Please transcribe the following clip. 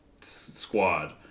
squad